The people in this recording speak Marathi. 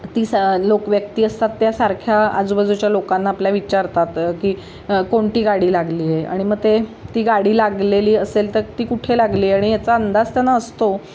ती सा लोक व्यक्ती असतात त्यासारख्या आजूबाजूच्या लोकांना आपल्या विचारतात की कोणती गाडी लागली आहे आणि मग ते ती गाडी लागलेली असेल तर ती कुठे लागली आहे आणि याचा अंदाज त्यांना असतो